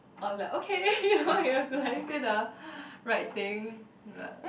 I was like okay you know you have to like say the right thing